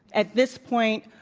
at this point,